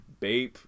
Bape